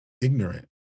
ignorant